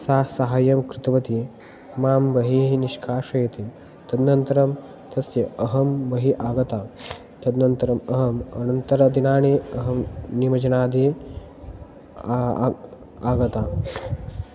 सा सहायं कृतवती मां बहिः निष्कासयति तदनन्तरं तस्य अहं बहिः आगतः तदनन्तरम् अहम् अनन्तरदिनानि अहं निमज्जनादि आगतः